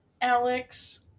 Alex